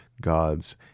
God's